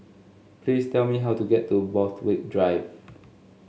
please tell me how to get to Borthwick Drive